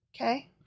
Okay